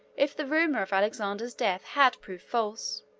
if the rumor of alexander's death had proved false